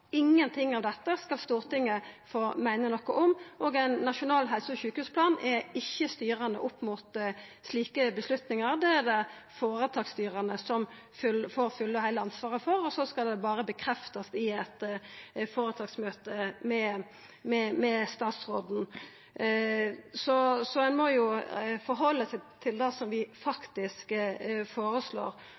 Ingenting av dette skal Stortinget få meina noko om, og ein nasjonal helse- og sjukehusplan er ikkje styrande opp mot slike avgjerder. Det er det føretaksstyrene som får det fulle og heile ansvaret for, og så skal det berre bekreftast i eit føretaksmøte med statsråden. Ein må jo halda seg til det som vi faktisk føreslår.